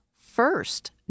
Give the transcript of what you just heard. first